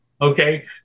okay